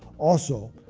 also,